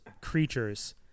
creatures